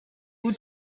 who